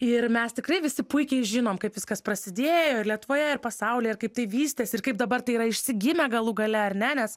ir mes tikrai visi puikiai žinom kaip viskas prasidėjo ir lietuvoje ir pasaulyje ir kaip tai vystėsi ir kaip dabar tai yra išsigimę galų gale ar ne nes